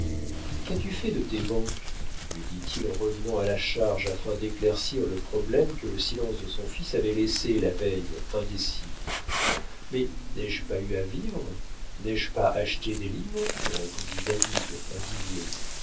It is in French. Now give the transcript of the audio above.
qu'as-tu fait de tes banques lui dit-il en revenant à la charge afin d'éclaircir le problème que le silence de son fils avait laissé la veille indécis mais n'ai-je pas eu à vivre n'ai-je pas acheté des livres répondit david indigné